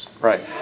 Right